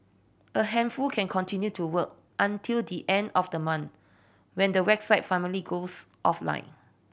a handful can continue to work until the end of the month when the website finally goes offline